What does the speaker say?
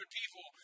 people